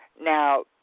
Now